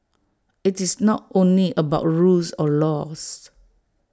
IT is not only about rules or laws